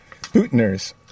Putiners